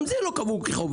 גם זה לא קבעו כחובה.